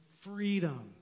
freedom